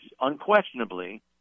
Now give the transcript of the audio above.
unquestionably